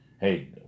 hey